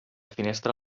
finestra